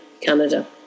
Canada